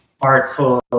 artful